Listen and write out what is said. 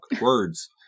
words